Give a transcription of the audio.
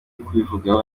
kubivugaho